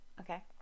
Okay